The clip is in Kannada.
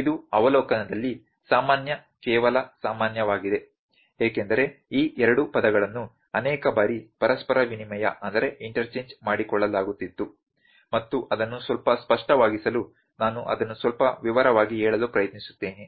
ಇದು ಅವಲೋಕನದಲ್ಲಿ ಸಾಮಾನ್ಯ ಕೇವಲ ಸಾಮಾನ್ಯವಾಗಿದೆ ಏಕೆಂದರೆ ಈ ಎರಡು ಪದಗಳನ್ನು ಅನೇಕ ಬಾರಿ ಪರಸ್ಪರ ವಿನಿಮಯ ಮಾಡಿಕೊಳ್ಳಲಾಗುತ್ತಿತ್ತು ಮತ್ತು ಅದನ್ನು ಸ್ವಲ್ಪ ಸ್ಪಷ್ಟವಾಗಿಸಲು ನಾನು ಅದನ್ನು ಸ್ವಲ್ಪ ವಿವರವಾಗಿ ಹೇಳಲು ಪ್ರಯತ್ನಿಸುತ್ತೇನೆ